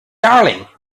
darling